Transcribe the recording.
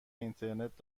اینترنت